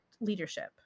leadership